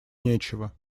нечего